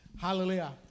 Hallelujah